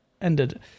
ended